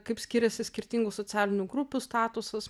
kaip skiriasi skirtingų socialinių grupių statusas